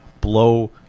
blow